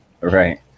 Right